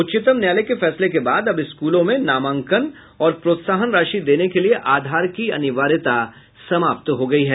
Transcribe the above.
उच्चतम न्यायालय के फैसले के बाद अब स्कूलों में नामांकन और प्रोत्साहन राशि देने के लिए आधार की अनिवार्यता समाप्त हो गयी है